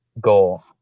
goal